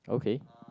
okay